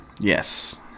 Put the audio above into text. Yes